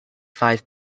five